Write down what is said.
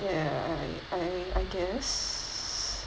yeah I I I guess